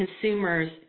consumers